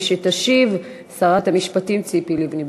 מי שתשיב, שרת המשפטים ציפי לבני.